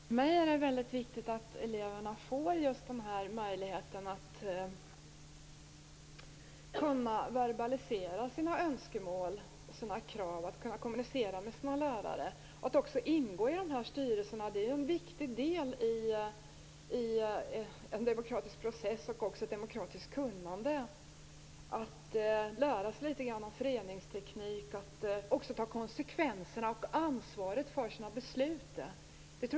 Herr talman! För mig är det viktigt att eleverna får möjligheten att verbalisera sina önskemål och krav, att kunna kommunicera med sina lärare. Att ingå i dessa styrelser är en viktig del i en demokratisk process och ger demokratiskt kunnande. Det handlar om att lära sig litet grand om föreningsteknik och, inte minst, att ta konsekvenserna och ansvaret för sina beslut.